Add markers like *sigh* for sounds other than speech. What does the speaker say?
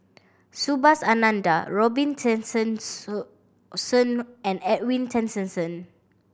Subhas Anandan Robin *unintelligible* and Edwin Tessensohn